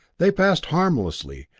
they passed, harmlessly,